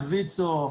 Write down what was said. ויצ"ו,